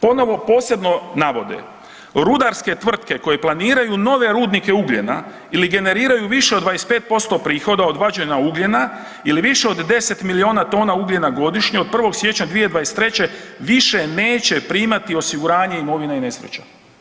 Ponovo posebno navode, rudarske tvrtke koje planiraju nove rudnike ugljena ili generiraju više od 25% prihoda od vađenja ugljena ili više od 10 milijuna tona ugljena godišnje, od 1. siječnja 2023. više neće primati osiguranje imovine i nesreće.